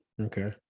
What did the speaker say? Okay